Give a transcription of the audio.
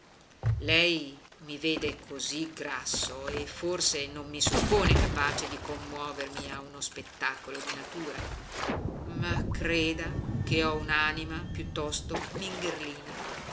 lei mi vede così grasso e forse non mi suppone capace di commuovermi a uno spettacolo di natura ma creda che ho un'anima piuttosto mingherlina